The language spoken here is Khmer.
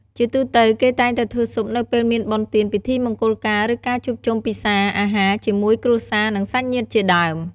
ជាទូទៅ គេតែងតែធ្វើស៊ុបនៅពេលមានបុណ្យទានពិធីមង្គលការឬការជួបជុំពិសាអាហារជាមួយគ្រួសារនិងសាច់ញាតិជាដើម។